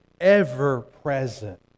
ever-present